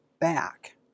back